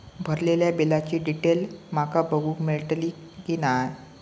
भरलेल्या बिलाची डिटेल माका बघूक मेलटली की नाय?